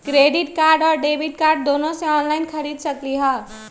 Credit card और debit card दोनों से ऑनलाइन खरीद सकली ह?